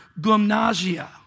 gymnasia